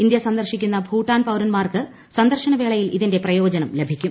India സന്ദർശിക്കുന്ന ഭൂട്ടാൻ പൌരന്മാർക്ക് സന്ദർശനവേളയിൽ ഇതിന്റെ പ്രയോജനം ലഭിക്കും